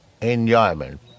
enjoyment